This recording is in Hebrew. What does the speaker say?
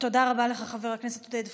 תודה רבה לך, חבר הכנסת עודד פורר.